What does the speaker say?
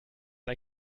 ein